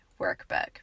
workbook